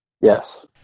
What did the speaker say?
Yes